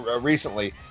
recently